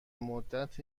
مدت